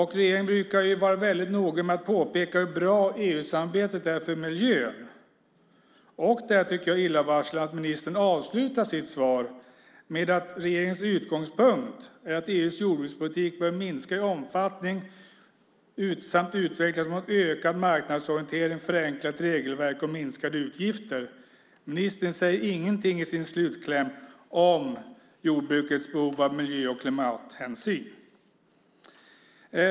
Regeringen brukar ju vara väldigt noga med att påpeka hur bra EU-samarbetet är för miljön. Det är därför illavarslande att ministern avslutar sitt svar med att säga att regeringens utgångspunkt är att EU:s jordbrukspolitik bör minska i omfattning samt utvecklas mot ökad marknadsorientering, ett förenklat regelverk och minskade utgifter. Ministern säger ingenting i sin slutkläm om jordbrukets behov av miljö och klimathänsyn.